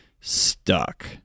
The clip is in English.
stuck